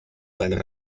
seinen